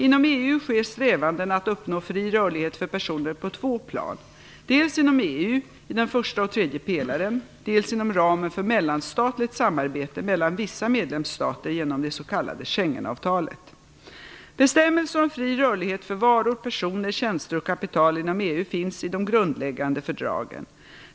Inom EU sker strävandena att uppnå fri rörlighet för personer på två plan; dels inom EU - i den första och tredje pelaren -, dels inom ramen för mellanstatligt samarbete mellan vissa medlemsstater genom det s.k. Schengenavtalet. Bestämmelser om fri rörlighet för varor, personer, tjänster och kapital inom EU finns i de grundläggande fördragen.